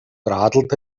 radelte